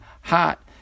hot